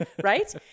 right